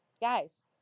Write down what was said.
Guys